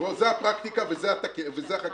זו הפרקטיקה וזו החקיקה.